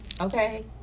okay